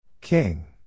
King